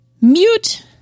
mute